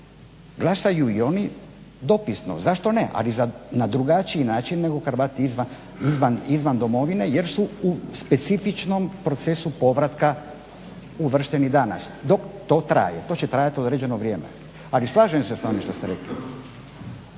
glasaju i oni dopisno, zašto ne? Ali na drugačiji način nego Hrvati izvan domovine jer su u specifičnom procesu povratka uvršteni danas dok to traje. To će trajat određeno vrijeme. Ali slažem se s vama što sam rekao.